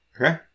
Okay